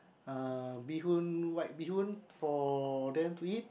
uh bee-hoon white bee-hoon for them to eat